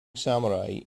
samurai